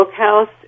Bookhouse